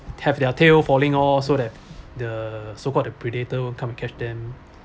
have their tail falling oh so that the so called the predator will come and catch them